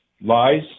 lies